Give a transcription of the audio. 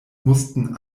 mussten